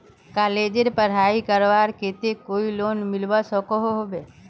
कॉलेजेर पढ़ाई करवार केते कोई लोन मिलवा सकोहो होबे?